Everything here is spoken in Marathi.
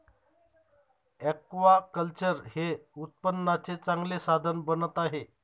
ऍक्वाकल्चर हे उत्पन्नाचे चांगले साधन बनत आहे